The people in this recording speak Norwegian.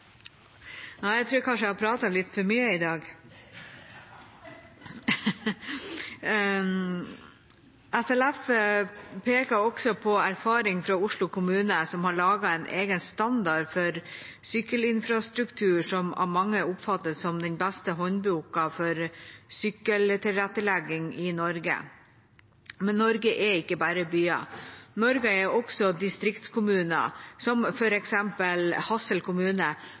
peker også på erfaring fra Oslo kommune, som har laget en egen standard for sykkelinfrastruktur som av mange oppfattes som den beste håndboka for sykkeltilrettelegging i Norge. Men Norge er ikke bare byer. Norge er også distriktskommuner, som f.eks. Hadsel kommune,